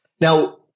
Now